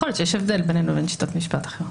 יכול להיות שיש הבדל בינינו לשיטות משפט אחרות.